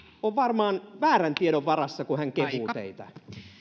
on varmaan väärän tiedon varassa kun hän kehuu teitä